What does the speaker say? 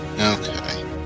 Okay